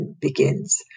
begins